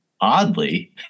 oddly